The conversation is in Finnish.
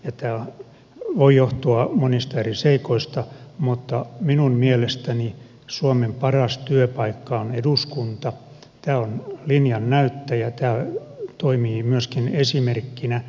tämä voi johtua monista eri seikoista mutta minun mielestäni suomen paras työpaikka on eduskunta tämä on linjannäyttäjä tämä toimii myöskin esimerkkinä